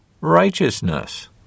righteousness